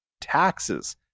taxes